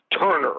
Turner